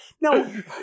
no